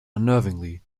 unnervingly